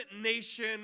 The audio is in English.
nation